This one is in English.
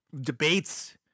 debates